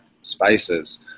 spaces